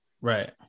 Right